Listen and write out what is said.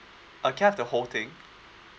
uh can I have the whole thing